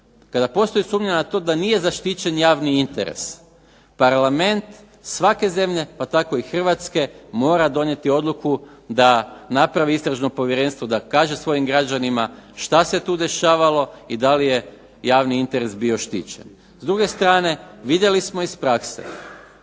kada postoji sumnja na to da nije zaštićen javni interes, parlament svake zemlje pa tako i Hrvatske mora donijeti odluku da napravi istražno povjerenstvo, da kaže svojim građanima što se tu dešavalo i da li je javni interes bio štićen. S druge strane vidjeli smo iz prakse,